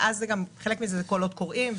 חלק מזה זה קולות קוראים,